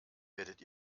werdet